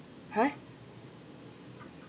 !huh!